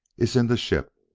is in the ship.